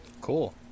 cool